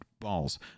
Balls